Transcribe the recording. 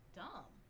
dumb